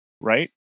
right